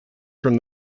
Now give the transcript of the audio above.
from